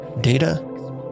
Data